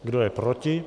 Kdo je proti?